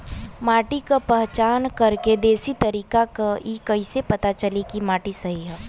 माटी क पहचान करके देशी तरीका का ह कईसे पता चली कि माटी सही ह?